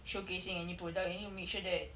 showcasing any product you need to make sure that